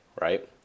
right